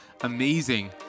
amazing